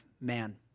man